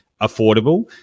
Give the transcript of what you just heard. affordable